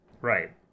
right